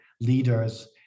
leaders